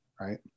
right